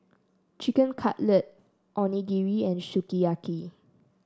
Chicken Cutlet Onigiri and Sukiyaki